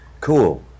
Cool